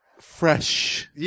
Fresh